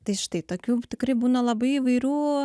tai štai tokių tikrai būna labai įvairių